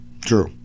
True